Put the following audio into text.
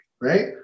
right